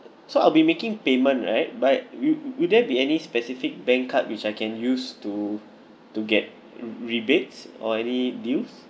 so I'll be making payment right but wi~ will there be any specific bank card which I can use to to get rebates or any deals